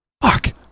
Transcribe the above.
Fuck